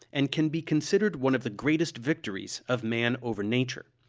and can be considered one of the greatest victories of man over nature.